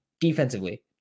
defensively